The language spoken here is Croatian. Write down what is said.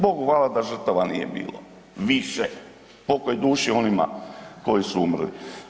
Bogu hvala da žrtava nije bilo više, pokoj duši onima koji su umrli.